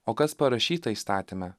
o kas parašyta įstatyme